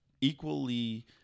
equally